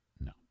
No